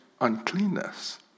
uncleanness